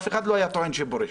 אף אחד לא היה טוען שיש פרישה.